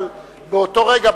אבל באותו רגע,